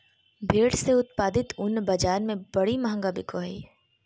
भेड़ से उत्पादित ऊन बाज़ार में बड़ी महंगा बिको हइ